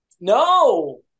no